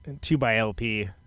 two-by-LP